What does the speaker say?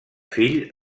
fill